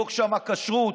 אדוני השר,